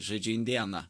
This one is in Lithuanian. žaidžia indėną